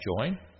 join